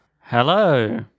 Hello